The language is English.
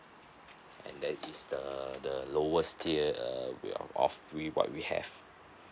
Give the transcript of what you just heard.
and that is the the lowest tier uh of we what we have